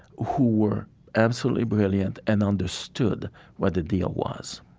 who were absolutely brilliant and understood what the deal was